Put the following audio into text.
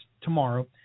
tomorrow